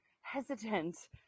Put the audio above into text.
hesitant